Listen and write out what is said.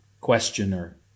questioner